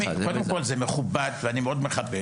קודם כל זה מכובד ואני מאוד מכבד,